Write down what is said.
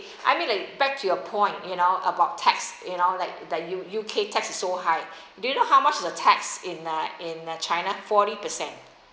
I mean like back to your point you know about tax you know like the u U_K tax is so high do you know how much of the tax in uh in uh china forty percent